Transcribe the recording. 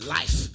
life